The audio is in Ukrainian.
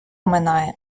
минає